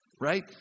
right